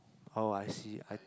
oh I see I